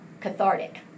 cathartic